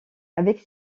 avec